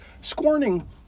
Scorning